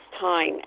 time